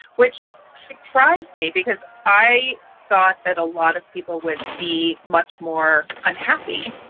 which surprised me because i thought that a lot of people would be much more unhappy.